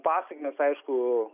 pasekmes aišku